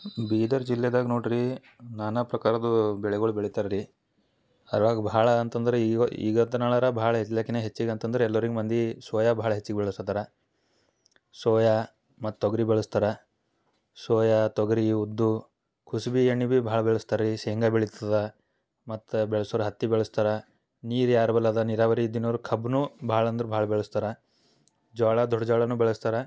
ಬೀದರ್ ಜಿಲ್ಲೆದಾಗೆ ನೋಡ್ರಿ ನಾನಾ ಪ್ರಕಾರದ್ದು ಬೆಳೆಗಳು ಬೆಳಿತಾರೆ ರೀ ಅದ್ರಾಗೆ ಭಾಳ ಅಂತಂದ್ರೆ ಇವು ಈಗತ್ ನಾಳೆ ಭಾಳ ಎಲ್ಲಕ್ಕಿನ್ನ ಹೆಚ್ಚಿಗೆ ಅಂತಂದ್ರೆ ಎಲ್ಲರಿಗೆ ಮಂದಿ ಸೋಯಾ ಭಾಳ ಹೆಚ್ಚಿಗೆ ಬೆಳೆಸತ್ತಾರ ಸೋಯಾ ಮತ್ತು ತೊಗರಿ ಬೆಳೆಸ್ತಾರ ಸೋಯಾ ತೊಗರಿ ಉದ್ದು ಕುಸುಬೆ ಎಣ್ಣೆ ಬಿ ಭಾಳ ಬೆಳೆಸ್ತಾರೆ ರೀ ಶೇಂಗಾ ಬೆಳಿತದೆ ಮತ್ತು ಬೆಳ್ಸೋರು ಹತ್ತಿ ಬೆಳೆಸ್ತಾರಾ ನೀರು ಯಾರ ಬಳ್ ಇದೆ ನೀರಾವರಿ ಇದ್ದೋರ್ ಕಬ್ಬನ್ನೂ ಭಾಳ ಅಂದ್ರೆ ಭಾಳ ಬೆಳೆಸ್ತಾರ ಜೋಳ ದೊಡ್ಡ ಜೋಳನೂ ಬೆಳೆಸ್ತಾರ